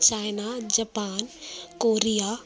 China Japan Korea